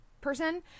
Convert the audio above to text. person